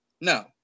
No